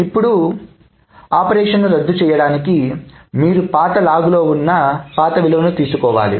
ఇప్పుడు చర్యను రద్దు చేయడానికి మీరు పాత లాగ్ లో ఉన్న పాత విలువను తీసుకోవాలి